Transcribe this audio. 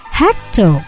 hecto